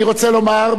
אני רוצה לומר,